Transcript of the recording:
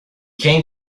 came